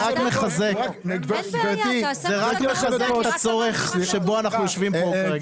זה רק מחזק את הצורך שבו אנחנו יושבים פה כרגע.